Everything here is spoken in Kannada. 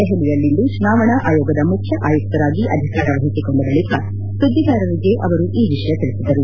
ದೆಪಲಿಯಲ್ಲಿಂದು ಚುನಾವಣಾ ಆಯೋಗದ ಮುಖ್ಯ ಆಯುಕ್ತರಾಗಿ ಅಧಿಕಾರ ವಹಿಸಿಕೊಂಡ ಬಳಿಕ ಸುದ್ದಿಗಾರರಿಗೆ ಅವರು ಈ ವಿಷಯ ತಿಳಿಸಿದರು